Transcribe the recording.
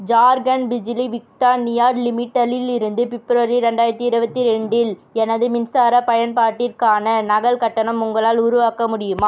ஜார்க்கண்ட் பிஜிலி விக்டா நியா லிமிடெட்லிலிருந்து பிப்ரவரி ரெண்டாயிரத்தி இருபத்தி ரெண்டில் எனது மின்சார பயன்பாட்டிற்கான நகல் கட்டணம் உங்களால் உருவாக்க முடியுமா